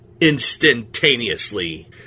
instantaneously